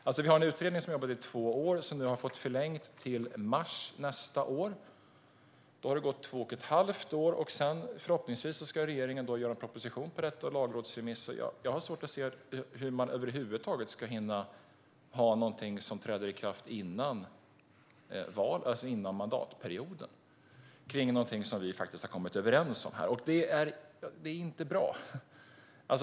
Vi har en utredning som har jobbat i två år och som nu har fått förlängt till mars nästa år. Då har det gått två och ett halvt år. Sedan ska regeringen förhoppningsvis göra en proposition och en lagrådsremiss av detta. Jag har svårt att se hur man ska hinna få till någonting över huvud taget som träder i kraft inom denna mandatperiod - om någonting som vi faktiskt har kommit överens om. Det är inte bra.